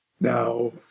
Now